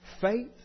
faith